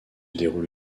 déroule